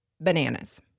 bananas